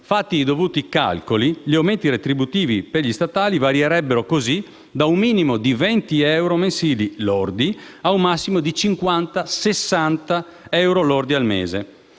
Fatti i dovuti calcoli, gli aumenti retributivi degli statali varierebbero così da un minimo di 20 euro mensili lordi ad un massimo di circa 60 euro lordi al mese.